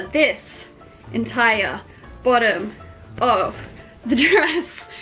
this entire bottom of the dress.